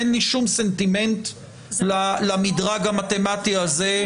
אין לי שום סנטימנט למדרג המתמטי הזה.